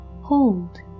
hold